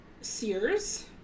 Sears